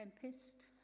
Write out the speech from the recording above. tempest